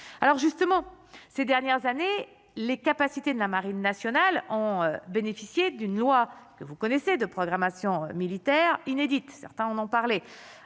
alors justement ces dernières années, les capacités de la marine nationale ont bénéficié d'une loi que vous connaissez de programmation militaire inédite certains on en parlait